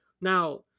Now